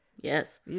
Yes